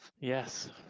Yes